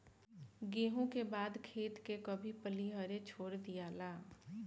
गेंहू के बाद खेत के कभी पलिहरे छोड़ दियाला